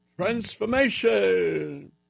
transformation